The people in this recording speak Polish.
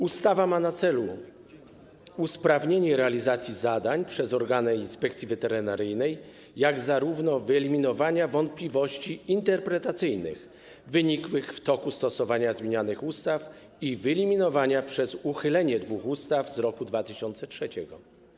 Ustawa ma na celu usprawnienie realizacji zadań przez organy Inspekcji Weterynaryjnej, jak również wyeliminowanie wątpliwości interpretacyjnych wynikłych w toku stosowania zmienianych ustaw, ich wyeliminowanie przez uchylenie dwóch ustaw z roku 2003.